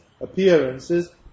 appearances